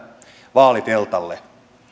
vaaliteltalle